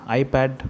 iPad